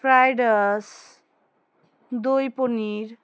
fried rice দই পনির